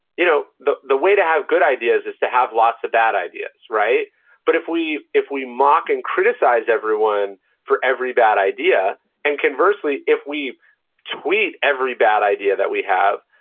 you know the the way to have good ideas is to have lots of bad ideas. but if we if we mock and criticize everyone for every bad idea and, conversely, if we tweet every bad idea that we have,